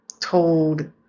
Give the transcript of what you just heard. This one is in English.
told